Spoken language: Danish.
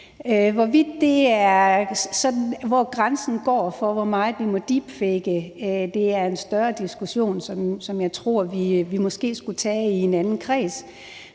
Hvor grænsen går for, hvor meget vi må deepfake, er en større diskussion, som jeg tror vi måske skulle tage i et andet forum,